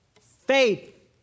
Faith